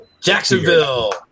Jacksonville